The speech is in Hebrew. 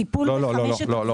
לא.